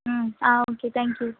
ம் ஆன் okay thank you